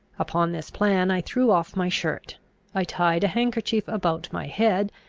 upon this plan, i threw off my shirt i tied a handkerchief about my head,